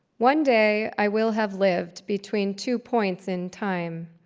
one day, i will have lived between two points in time.